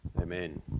Amen